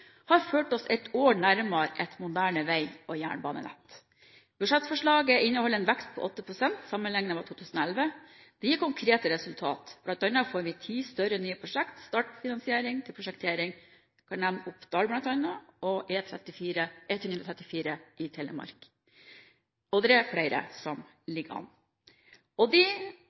har ført oss et år nærmere et moderne vei- og jernbanenett. Budsjettforslaget inneholder en vekst på 8 pst. sammenliknet med 2011. Det gir konkrete resultat, bl.a. får vi ti større, nye prosjekt, startfinansiering til prosjektering – jeg kan nevne Oppdal og E134 i Telemark, og det er flere som ligger an.